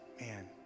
man